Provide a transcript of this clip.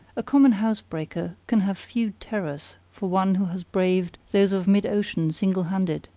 a common housebreaker can have few terrors for one who has braved those of mid-ocean single-handed